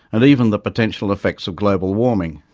and even the potential effects of global warming.